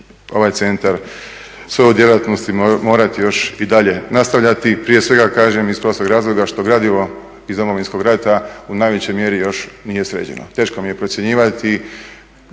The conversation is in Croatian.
ovaj centar svoju djelatnost morati još i dalje nastavljati, prije svega kažem iz prostog razloga što gradivo iz Domovinskog rata u najvećoj mjeri još nije sređeno. Teško mi je procjenjivati